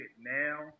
now